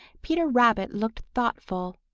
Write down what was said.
peter rabbit looked thoughtful.